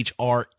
HR